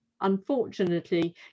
unfortunately